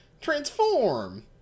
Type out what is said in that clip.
Transform